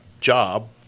job